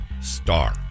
star